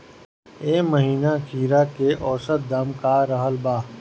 एह महीना खीरा के औसत दाम का रहल बा?